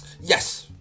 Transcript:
Yes